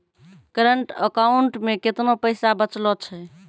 Current account मे केतना पैसा बचलो छै?